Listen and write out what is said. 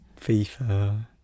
fifa